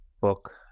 book